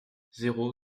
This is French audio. zéro